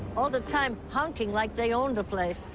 all the time, honking like they own the place.